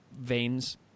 veins